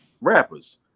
rappers